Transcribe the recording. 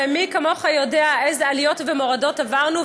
ומי כמוך יודע איזה עליות ומורדות עברנו,